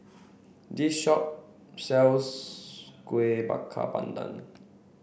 this shop sells Kueh Bakar Pandan